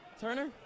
Turner